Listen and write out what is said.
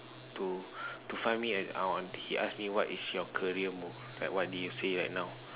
to to find me uh he ask me what is your career move like what do you say right now